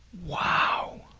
wow.